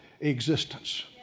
existence